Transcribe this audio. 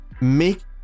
make